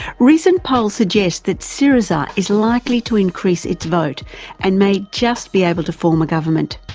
recent polls suggest that syriza is likely to increase its vote and may just be able to form a government,